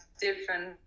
different